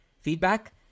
feedback